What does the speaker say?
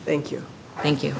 thank you thank you